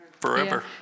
forever